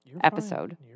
episode